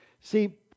See